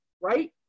right